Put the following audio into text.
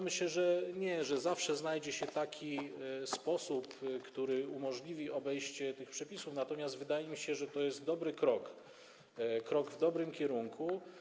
Myślę, że nie, zawsze znajdzie się taki sposób, który umożliwi obejście tych przepisów, natomiast wydaje mi się, że to jest krok w dobrym kierunku.